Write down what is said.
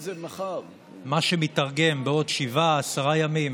מה שמיתרגם בעוד שבעה עשרה ימים